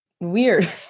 weird